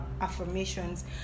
affirmations